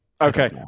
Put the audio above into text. Okay